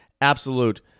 absolute